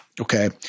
Okay